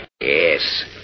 Yes